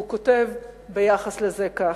הוא כותב ביחס לזה כך: